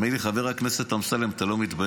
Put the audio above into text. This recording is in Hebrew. הוא אומר לי: חבר הכנסת אמסלם, אתה לא מתבייש?